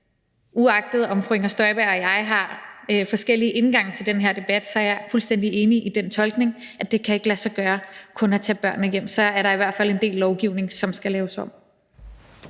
uagtet at fru Inger Støjberg og jeg har forskellige indgange til den her debat, er jeg fuldstændig enig i den tolkning, at det ikke kan lade sig gøre kun at tage børnene hjem. Så er der i hvert fald en del lovgivning, som skal laves om.